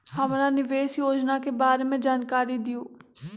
हमरा निवेस योजना के बारे में जानकारी दीउ?